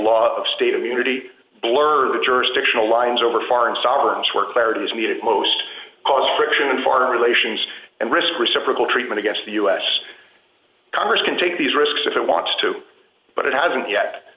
of state immunity blur the jurisdictional lines over foreign sovereign swear clarity is needed most causes friction and foreign relations and risk reciprocal treatment against the us congress can take these risks if it wants to but it hasn't